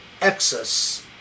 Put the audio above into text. excess